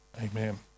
Amen